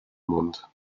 monde